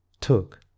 took